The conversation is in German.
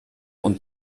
und